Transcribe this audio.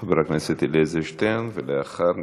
חבר הכנסת אלעזר שטרן, ולאחר מכן,